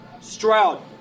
Stroud